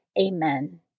Amen